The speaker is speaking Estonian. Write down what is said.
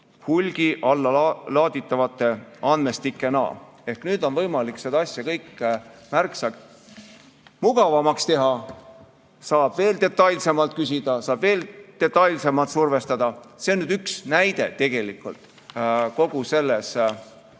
hulgi allalaaditavate andmestikena. Ehk nüüd on võimalik seda kõike märksa mugavamaks teha. Saab veel detailsemalt küsida, saab veel detailsemalt survestada. See on tegelikult ainult